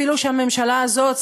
אפילו שהממשלה הזאת,